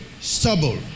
stubble